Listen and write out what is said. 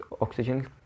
oxygen